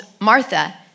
Martha